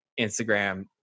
Instagram